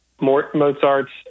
Mozart's